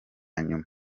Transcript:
nyuma